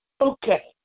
okay